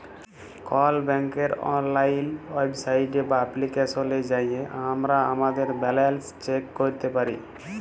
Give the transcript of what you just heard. call ব্যাংকের অললাইল website বা এপ্লিকেশলে যাঁয়ে আমরা আমাদের ব্যাল্যাল্স চ্যাক ক্যইরতে পারি